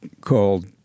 called